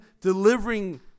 delivering